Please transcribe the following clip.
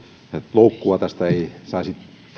loukkua tästä ei saisi